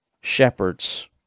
shepherds